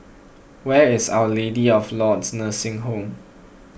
where is Our Lady of Lourdes Nursing Home